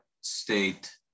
state